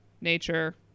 nature